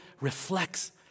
reflects